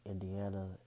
Indiana